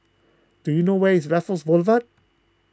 do you know where is Raffles Boulevard